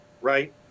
right